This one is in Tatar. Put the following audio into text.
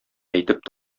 әйтеп